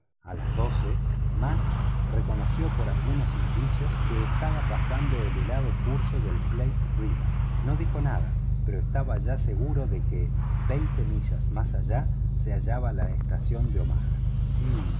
a las doce mudge reconoció por algunos indicios que estaba pasando el helado curso del platte no dijo nada pero ya estaba seguro de que veinte milla más allá se hallaba la estación de omaha y